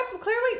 clearly